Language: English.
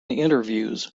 interviews